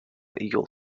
eagle